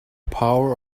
power